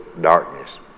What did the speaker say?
darkness